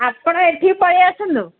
ଆପଣ ଏଠିକି ପଳେଇ ଆସନ୍ତୁ